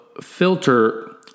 filter